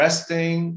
Resting